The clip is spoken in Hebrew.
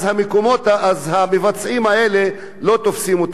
אז את המבצעים האלה לא תופסים.